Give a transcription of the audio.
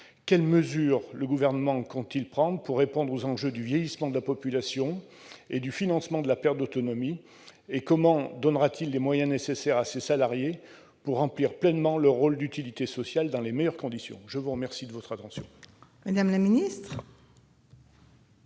quelles mesures le Gouvernement compte-t-il prendre pour répondre aux enjeux du vieillissement de la population et du financement de la perte d'autonomie ? Comment donnera-t-il les moyens nécessaires à ces salariés pour qu'ils remplissent pleinement leur rôle d'utilité sociale dans les meilleures conditions ? La parole est à Mme